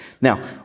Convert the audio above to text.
Now